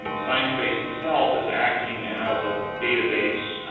and sciencebase itself is acting as a database,